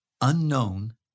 unknown